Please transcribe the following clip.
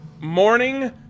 morning